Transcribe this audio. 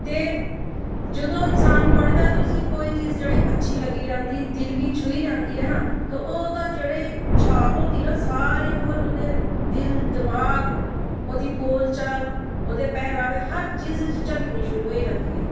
ते जदूं इंसान पढ़दा ते उस्सी कोई चीज़ जेह्ड़ी अच्छी लग्गी जंदी दिल गी छूही जंदी ऐ ना ते ओह् ओह्दे छाप होंदी ना ओह् सारी उमर ओह्दे दिल दमाग ओह्दी बोलचाल ओह्दे पैह्नावे हर चीज़ च ओह्दी झलकनी शुरू होई जंदी ऐ